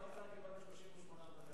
בתקופתי כשר האוצר קיבלנו 38 מנדטים,